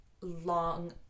long